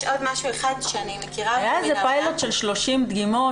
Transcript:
יש עוד משהו אחד שאני מכירה --- היה פיילוט של 30 דגימות,